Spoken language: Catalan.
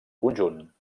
conjunt